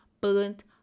burnt